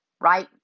Right